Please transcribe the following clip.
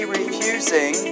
refusing